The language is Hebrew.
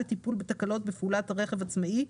לטיפול בתקלות בפעולת רכב עצמאי,